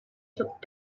took